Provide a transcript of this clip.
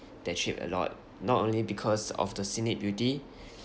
that trip a lot not only because of the scenic beauty